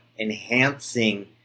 enhancing